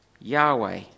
Yahweh